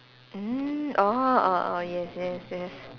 mm orh orh orh yes yes yes